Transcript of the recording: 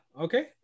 okay